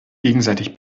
gegenseitig